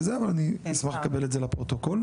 אבל אני אשמח לקבל את זה לפרוטוקול,